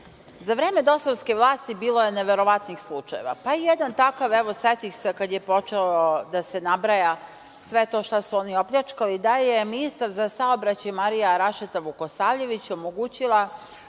Za vreme DOS-ovske vlasti bilo je neverovatnih slučajeva, pa i jedan takav, setih se kada je počelo da se nabraja sve to što su oni opljačkali, da je ministar za saobraćaj Marija Rašeta Vukosavljević omogućila